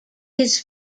his